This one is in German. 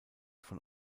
von